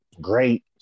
great